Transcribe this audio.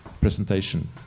presentation